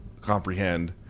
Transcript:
comprehend